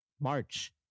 March